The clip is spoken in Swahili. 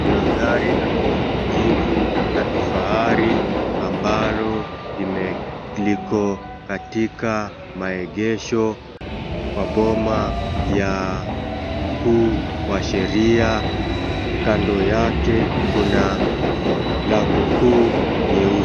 Kuna gari la kijivu jivu la kifahari ambalo liko katika maegesho kwa boma ya mkuu wa sheria kando yake kuna mlango kuu nyeusi.